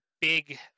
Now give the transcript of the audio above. big